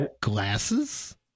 glasses